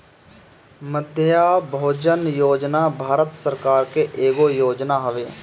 मध्याह्न भोजन योजना भारत सरकार के एगो योजना हवे